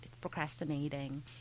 procrastinating